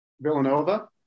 Villanova